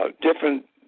different